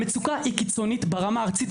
המצוקה היא קיצונית ברמה הארצית.